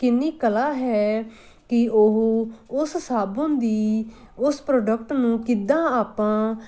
ਕਿੰਨੀ ਕਲਾ ਹੈ ਕਿ ਉਹ ਉਸ ਸਾਬਣ ਦੀ ਉਸ ਪ੍ਰੋਡਕਟ ਨੂੰ ਕਿੱਦਾਂ ਆਪਾਂ